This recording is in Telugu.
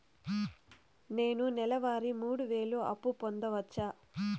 నేను నెల వారి మూడు వేలు అప్పు పొందవచ్చా?